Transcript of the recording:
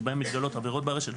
שבהם מתגלות עבירות ברשת,